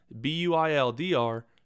B-U-I-L-D-R